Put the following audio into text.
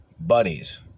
Buddies